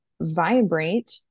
vibrate